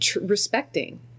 respecting